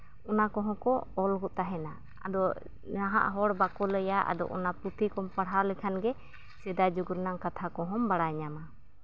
ᱚᱱᱟ ᱠᱚᱦᱚᱸ ᱠᱚ ᱚᱞᱜᱮ ᱛᱟᱦᱮᱱᱟ ᱟᱫᱚ ᱱᱟᱦᱟᱜ ᱦᱚᱲ ᱵᱟᱠᱚ ᱞᱟᱹᱭᱟ ᱟᱫᱚ ᱚᱱᱟ ᱯᱩᱛᱷᱤ ᱠᱚᱢ ᱯᱟᱲᱦᱟᱣ ᱞᱮᱠᱷᱟᱱ ᱜᱮ ᱥᱮᱫᱟᱭ ᱡᱩᱜᱽ ᱨᱮᱱᱟᱜ ᱠᱟᱛᱷᱟ ᱠᱚᱦᱚᱢ ᱵᱟᱲᱟᱭ ᱧᱟᱢᱟ